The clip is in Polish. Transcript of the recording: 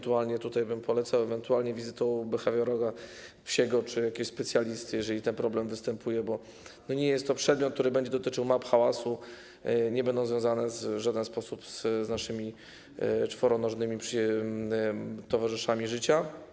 Tutaj bym polecał ewentualnie wizytę u behawiorysty psiego czy jakiegoś specjalisty, jeżeli ten problem występuje, bo nie jest to przedmiot, który będzie dotyczył map hałasu, nie będą one związane w żaden sposób z naszymi czworonożnymi towarzyszami życia.